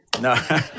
No